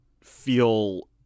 feel